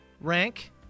Rank